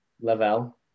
level